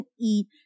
eat